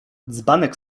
dzbanek